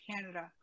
Canada